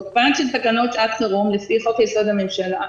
תוקפם של תקנות שעת חירום, לפי חוק יסוד הממשלה,